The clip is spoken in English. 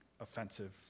offensive